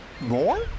More